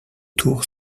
tours